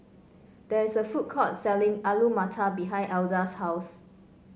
there is a food court selling Alu Matar behind Elza's house